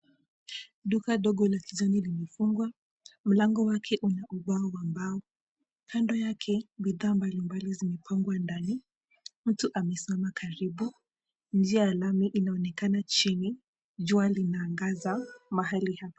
Duka dogo la kijani limefungwa. Mlango wake unao wa mbao. Kando yake bidhaa mbalimbali zimepangwa ndani, mtu amesimama karibu, njia ya lami inaonekana chini. Jua linaangaza mahali hapa.